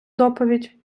доповідь